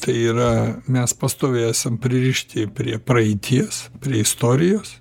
tai yra mes pastoviai esam pririšti prie praeities prie istorijos